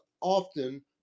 often